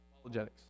apologetics